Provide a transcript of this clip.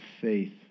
faith